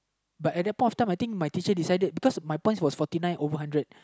but at that point of time I think my teacher decided because my points were fourty nine over hundred